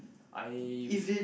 I